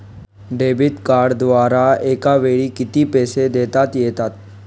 Debit कार्डद्वारे एकावेळी किती पैसे देता येतात?